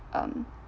um